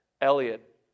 Elliot